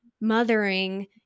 mothering